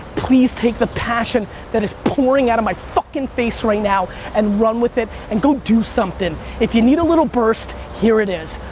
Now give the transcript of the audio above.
please take the passion that is pouring out of my fucking face right now and run with it and go do something. if you need a little burst, here it is.